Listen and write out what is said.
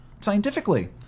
Scientifically